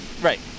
Right